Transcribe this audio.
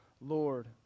Lord